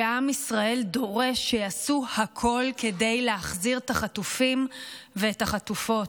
עם ישראל דורש שיעשו הכול כדי להחזיר את החטופים ואת החטופות.